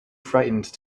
frightened